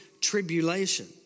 tribulation